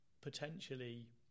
potentially